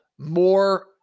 More